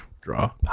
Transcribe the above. draw